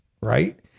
right